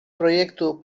proiektu